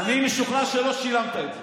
משוכנע שאתה לא שילמת את זה.